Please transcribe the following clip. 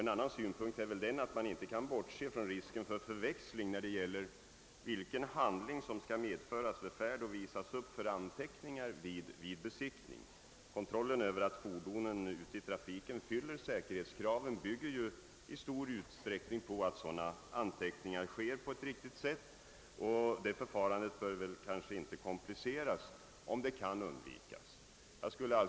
En annan synpunkt är att man inte kan bortse från risken för förväxling i fråga om vilken handling som skall medföras under färd och visas upp för anteckningar vid besiktning. Kontrollen över att fordonen i trafiken fyller säkerhetskraven bygger i stor utsträckning på att riktiga anteckningar görs, och det förfarandet bör inte kompliceras om det kan undvikas.